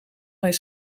mijn